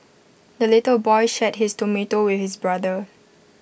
the little boy shared his tomato with his brother